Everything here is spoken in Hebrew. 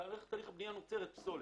במהלך תהליך הבנייה נוצרת פסולת,